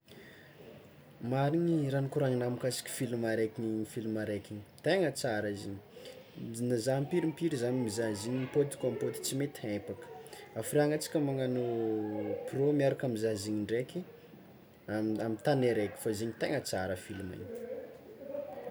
Marigny raha nikoragninao mikasiky filma raiky igny, filma raiky igny, tegna tsara izy igny zah impiry impiry zah mizaha zigny mipôdy koa mipôdy tsy mety hempaka hafiriagna tsika magnagno pro miaraka mizaha zigny ndraiky amy tany araiky fa izy igny tegna tsara filma igny.